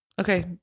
Okay